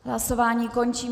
Hlasování končím.